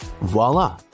Voila